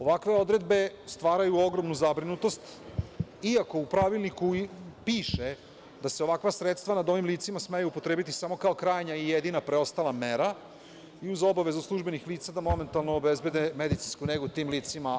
Ovakve odredbe stvaraju ogromnu zabrinutost, iako u Pravilniku piše da se ovakva sredstva nad ovim licima smeju upotrebiti samo kao krajnja i jedina preostala mera, uz obavezu službenih lica da momentalno obezbede medicinsku negu tim licima.